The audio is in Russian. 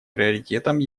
приоритетом